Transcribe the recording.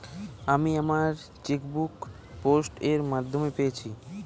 আমি আমার chequebook post এর মাধ্যমে পেয়েছি